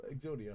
Exodia